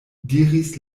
diris